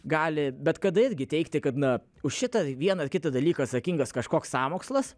gali bet kada irgi teigti kad na už šitą vieną ar kitą dalyką atsakingas kažkoks sąmokslas